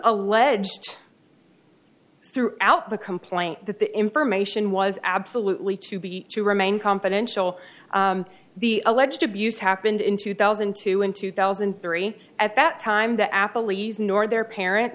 alleged through out the complaint that the information was absolutely to be to remain confidential the alleged abuse happened in two thousand and two in two thousand and three at that time to apple lee's nor their parents